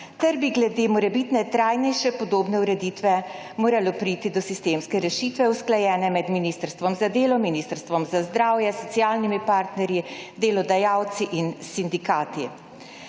kar bi glede morebitne trajnejše podobne ureditve moralo priti do sistemske rešitve, usklajene med Ministrstvom za delo, Ministrstvom za zdravje, socialnimi partnerji, delodajalci in sindikati.